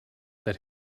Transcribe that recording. that